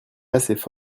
efficace